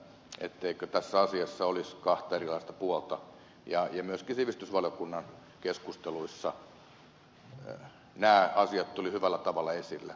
en kiistä etteikö tässä asiassa olisi kahta erilaista puolta ja myöskin sivistysvaliokunnan keskusteluissa nämä asiat tulivat hyvällä tavalla esille